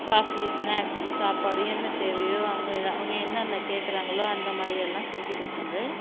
coffee snacks சாப்பாடு என்ன தேவையோ அவங்க அவங்க என்னென்ன கேட்குறாங்களோ அந்தமாதிரியெல்லாம் செஞ்சுக் கொடுப்பேங்க